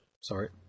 Sorry